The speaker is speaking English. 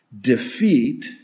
defeat